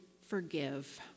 forgive